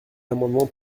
amendement